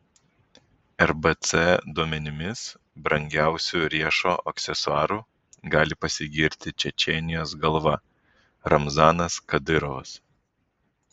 rbc duomenimis brangiausiu riešo aksesuaru gali pasigirti čečėnijos galva ramzanas kadyrovas